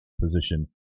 position